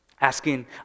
Asking